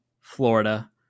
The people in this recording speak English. Florida